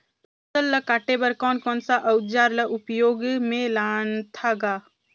फसल ल काटे बर कौन कौन सा अउजार ल उपयोग में लानथा गा